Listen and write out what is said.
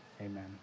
amen